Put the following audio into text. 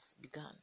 begun